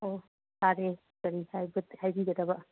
ꯑꯣ ꯇꯥꯔꯦ ꯀꯔꯤ ꯍꯥꯏꯕꯤꯒꯗꯕ